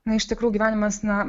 na iš tikrų gyvenimas na